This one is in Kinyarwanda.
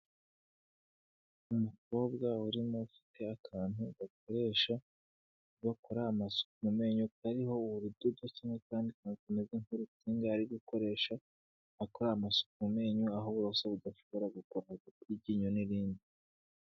Umukobwa urimo ufite akantu bakoresha bakora amasuku mu menyo kariho urudodo kimwe n'akandi akantu kameze nk'urusinga ari gukoresha amasu mu menyo aho uburoso budashobora gukora hagati y'iryinyo n'irindi.